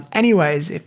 anyways,